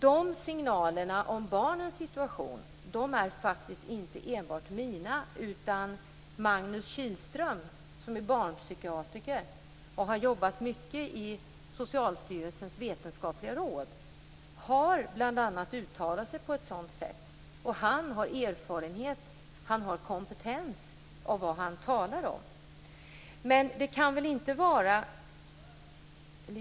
De här signalerna om barnens situation är faktiskt inte enbart mina, utan Magnus Kihlström - han är barnpsykiatriker och har jobbat mycket i Socialstyrelsens vetenskapliga råd - har också bl.a. uttalat sig på samma sätt. Han har både erfarenhet och kompetens när det gäller det som han talar om.